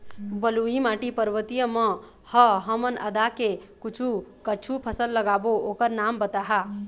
बलुई माटी पर्वतीय म ह हमन आदा के कुछू कछु फसल लगाबो ओकर नाम बताहा?